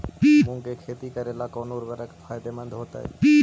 मुंग के खेती करेला कौन उर्वरक फायदेमंद होतइ?